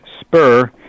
spur